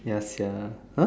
ya sia